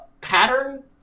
pattern